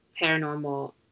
paranormal